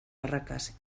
barracas